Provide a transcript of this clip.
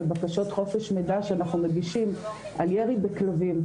בבקשות חופש מידע שאנחנו מגישים על ירי בכלבים,